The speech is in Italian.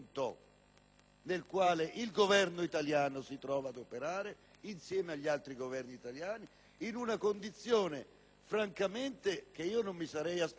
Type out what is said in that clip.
nel quale il Governo italiano si trova ad operare - come altri Governi italiani - in una condizione che francamente non mi sarei aspettato.